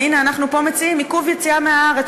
והנה אנחנו פה מציעים עיכוב יציאה מהארץ,